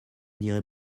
dirai